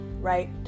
Right